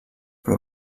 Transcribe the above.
però